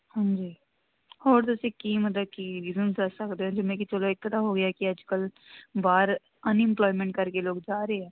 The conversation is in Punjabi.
ਹਾਂਜੀ ਹੋਰ ਤੁਸੀਂ ਕੀ ਮਤਲਬ ਕੀ ਰੀਜਨ ਦੱਸ ਸਕਦੇ ਹੋ ਜਿਵੇਂ ਕਿ ਚਲੋ ਇੱਕ ਤਾਂ ਹੋ ਗਿਆ ਕਿ ਅੱਜ ਕੱਲ੍ਹ ਬਾਹਰ ਅਨਇਮਪਲੋਇਮੈਂਟ ਕਰਕੇ ਲੋਕ ਜਾ ਰਹੇ ਆ